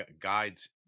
guides